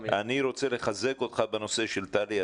אני רוצה לחזק אותך בנושא של תל"י.